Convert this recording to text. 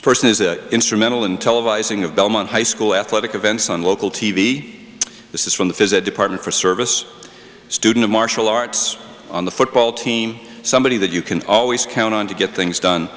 s person is instrumental in televising of belmont high school athletic events on local t v this is from the physics department for service student of martial arts on the football team somebody that you can always count on to get things done